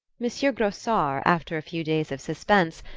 monsieur grossart, after a few days of suspense,